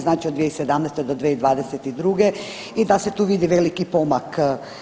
Znači od 2017. do 2022. i da se tu vidi veliki pomak.